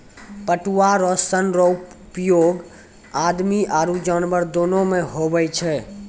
पटुआ रो सन रो उपयोग आदमी आरु जानवर दोनो मे हुवै छै